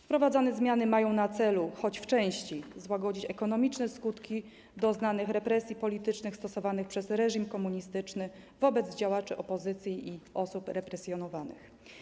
Wprowadzane zmiany mają na celu choć w części złagodzić ekonomiczne skutki doznanych represji politycznych stosowanych przez reżim komunistyczny wobec działaczy opozycji i osób represjonowanych.